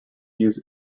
use